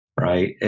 right